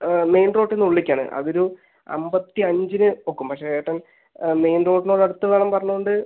main റോഡിൽ നിന്ന് ഉള്ളിലാണ് അത് ഒരു അമ്പത്തി അഞ്ചിന് ഒക്കും പക്ഷെ ഏട്ടൻ മെയിൻ റോഡിനോട് അടുത്തു വേണം പറഞ്ഞതുകൊണ്ട്